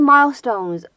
Milestones